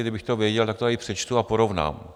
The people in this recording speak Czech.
Kdybych to věděl, tak to tady přečtu a porovnám.